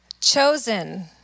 Chosen